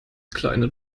kleine